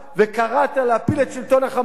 וקראת להפיל את שלטון ה"חמאס",